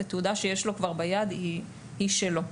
ותעודה שכבר יש לו ביד היא שלו.